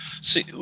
See